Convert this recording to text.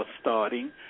starting